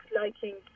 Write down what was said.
liking